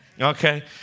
okay